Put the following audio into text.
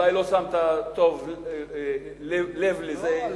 אולי לא שמת לב לזה טוב.